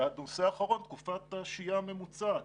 והנושא האחרון, תקופת השהייה הממוצעת.